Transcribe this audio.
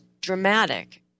dramatic